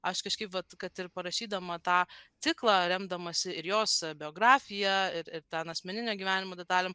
aš kažkaip vat kad ir parašydama tą ciklą remdamasi ir jos biografija ir ir ten asmeninio gyvenimo detalėm